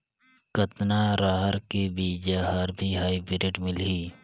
कतना रहर के बीजा हर भी हाईब्रिड मिलही?